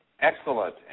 Excellent